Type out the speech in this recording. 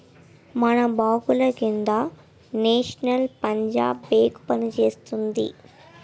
మన బాంకుల కింద నేషనల్ పంజాబ్ బేంకు పనిచేస్తోంది